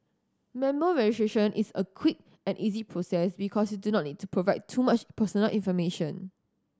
member registration is a quick and easy process because you do not need to provide too much personal information